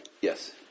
Yes